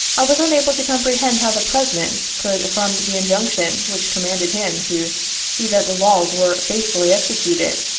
i was unable to comprehend how the president could, from the injunction which commanded him to see that the laws were faith fully executed,